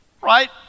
Right